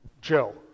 Joe